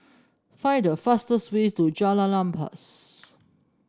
find the fastest way to Jalan Ampas